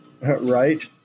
Right